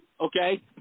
okay